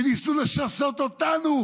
וניסו לשסות אותנו